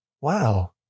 wow